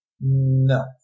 No